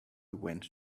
went